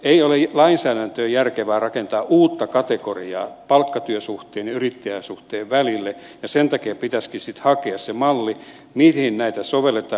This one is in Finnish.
ei ole lainsäädäntöön järkevää rakentaa uutta kategoriaa palkkatyösuhteen ja yrittäjäsuhteen välille ja sen takia pitäisikin sitten hakea se malli mihin näitä sovelletaan